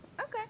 Okay